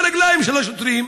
ברגליים של השוטרים,